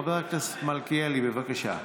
חבר הכנסת מלכיאלי, בבקשה.